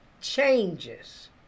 changes